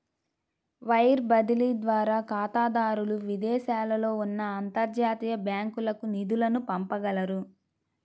wire బదిలీ ద్వారా ఖాతాదారులు విదేశాలలో ఉన్న అంతర్జాతీయ బ్యాంకులకు నిధులను పంపగలరు